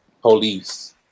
Police